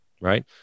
Right